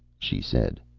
she said,